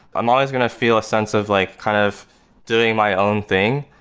i'm always going to feel a sense of like kind of doing my own thing,